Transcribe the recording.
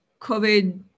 covid